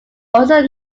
also